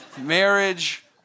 Marriage